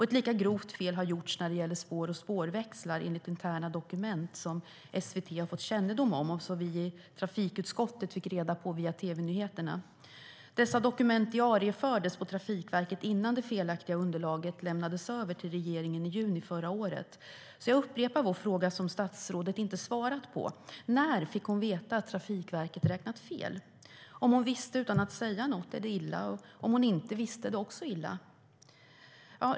Ett lika grovt fel har gjorts när det gäller spår och spårväxlar, enligt interna dokument som SVT har fått kännedom om. Vi i trafikutskottet fick reda på detta via tv-nyheterna. Dessa dokument diariefördes på Trafikverket innan det felaktiga underlaget lämnades över till regeringen i juni förra året. Jag upprepar vår fråga som statsrådet inte har svarat på. När fick hon veta att Trafikverket räknat fel? Om hon visste något utan att säga något är det illa. Om hon inte visste är det också illa.